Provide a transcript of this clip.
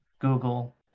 Google